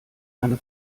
meine